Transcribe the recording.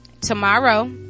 Tomorrow